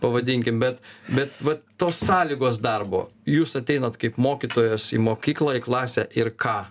pavadinkim bet bet va tos sąlygos darbo jūs ateinat kaip mokytojas į mokyklą į klasę ir ką